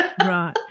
Right